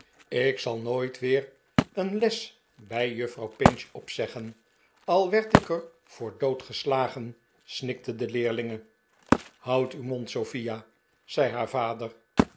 ik zal nooit weer een les bij juffrouw pinch opzeggen al werd ik er voor doodgeslagen snikte de leerlinge houd uw mond sophia zei haar vader